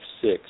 six